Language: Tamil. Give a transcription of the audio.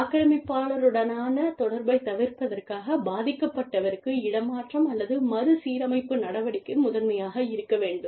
ஆக்கிரமிப்பாளருடனான தொடர்பைத் தவிர்ப்பதற்காகப் பாதிக்கப்பட்டவருக்கு இடமாற்றம் அல்லது மறுசீரமைப்பு நடவடிக்கை முதன்மையாக இருக்க வேண்டும்